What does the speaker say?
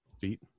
feet